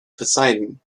poseidon